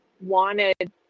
wanted